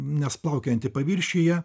nes plaukiojanti paviršiuje